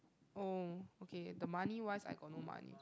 oh okay the money wise I got no money